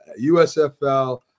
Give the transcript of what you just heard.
USFL